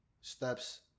steps